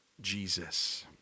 Jesus